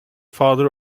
father